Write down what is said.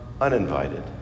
uninvited